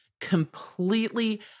completely